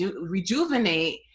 rejuvenate